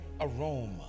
aroma